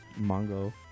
Mongo